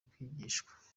kwigishwa